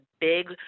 big